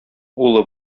улы